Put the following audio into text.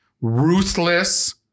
ruthless